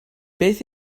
beth